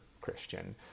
Christian